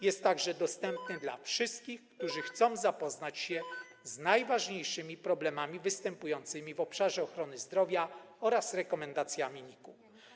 Jest on także dostępny dla wszystkich, którzy chcą zapoznać się z najważniejszymi problemami występującymi w obszarze ochrony zdrowia oraz rekomendacjami NIK-u.